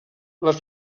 les